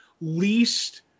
least